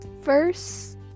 first